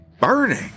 burning